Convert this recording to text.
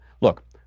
look